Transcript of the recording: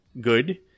good